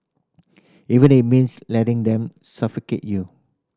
even it means letting them suffocate you